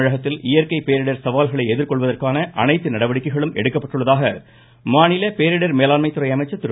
தமிழகத்தில் இயற்கை பேரிடர் சவால்களை எதிர்கொள்வதற்கான அனைத்து நடவடிக்கைகளும் எடுக்கப்பட்டுள்ளதாக மாநில பேரிடர் மேலாண்மைத்துறை அமைச்சர் திரு